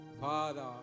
Father